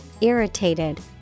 irritated